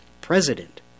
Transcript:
president